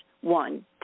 one